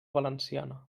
valenciana